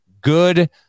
good